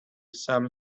some